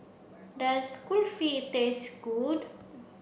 does Kulfi taste good